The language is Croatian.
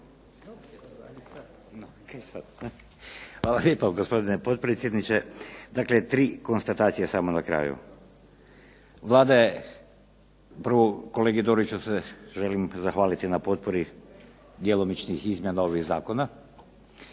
lijepo gospodine potpredsjedniče. Dakle, tri konstatacije samo na kraju. Vlada je prvo kolegi Doriću se želim zahvaliti na potpori djelomičnih izmjena ovih zakona,